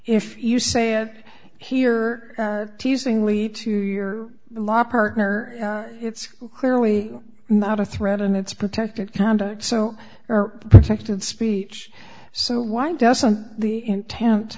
if you say it here teasingly to your law partner it's clearly not a threat and it's protected conduct so protected speech so why doesn't the intent